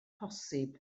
posib